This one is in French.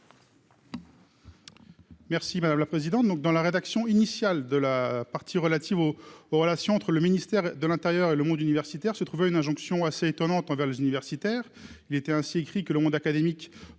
Merci madame la présidente, donc dans la rédaction initiale de la partie relative aux aux relations entre le ministère de l'Intérieur et le monde universitaire se trouvait une injonction assez étonnante envers les universitaires, il était ainsi écrit que le monde académique